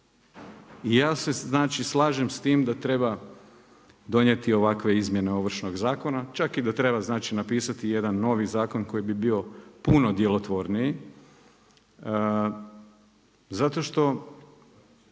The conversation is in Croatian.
I ja se slažem s tim da treba donijeti ovakve izmjene Ovršnog zakona, čak i da treba napisati jedan novi zakon koji bi bio puno djelotvorniji, zato što